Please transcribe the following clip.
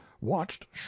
watched